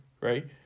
right